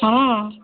ହଁ